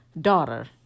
daughter